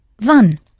wann